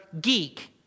geek